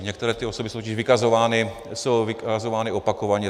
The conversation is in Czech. Některé ty osoby jsou totiž vykazovány, jsou vykazovány opakovaně...